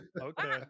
Okay